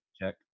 check